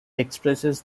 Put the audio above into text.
expresses